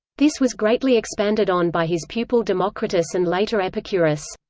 this was greatly expanded on by his pupil democritus and later epicurus.